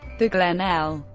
the glenn l.